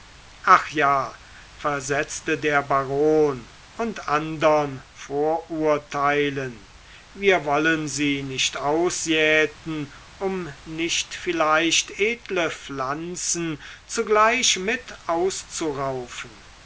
ach ja versetzte der baron und andern vorurteilen wir wollen sie nicht ausjäten um nicht vielleicht edle pflanzen zugleich mit